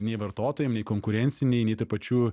nei vartotojam nei konkurenciniui nei tuo pačiu